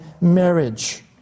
marriage